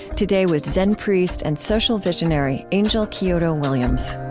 today, with zen priest and social visionary, angel kyodo williams